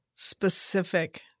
specific